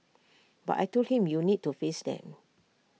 but I Told him you need to face them